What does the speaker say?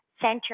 center